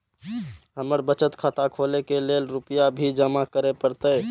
हमर बचत खाता खोले के लेल रूपया भी जमा करे परते?